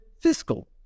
Fiscal